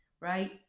right